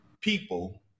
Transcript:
people